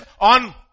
on